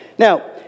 Now